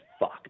Fuck